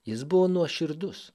jis buvo nuoširdus